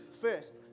first